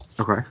Okay